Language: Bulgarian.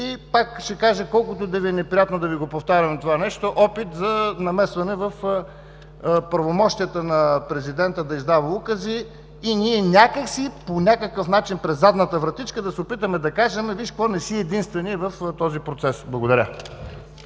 Отново ще кажа, колкото и да Ви е неприятно да го повтарям, опит за намесване в правомощията на Президента да издава укази и ние някак си, по някакъв начин, през задната вратичка да се опитваме да кажем: „виж какво, не си единственият в този процес“. Благодаря.